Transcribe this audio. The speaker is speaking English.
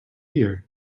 year